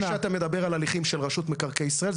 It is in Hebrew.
נראה לי שאתה מדבר על הליכים של רשות מקרקעי ישראל.